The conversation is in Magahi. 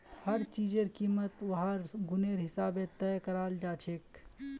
हर चीजेर कीमत वहार गुनेर हिसाबे तय कराल जाछेक